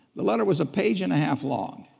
the letter was a page and a half long,